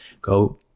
go